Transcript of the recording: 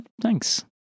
Thanks